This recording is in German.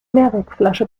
mehrwegflasche